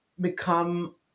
become